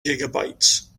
gigabytes